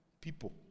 people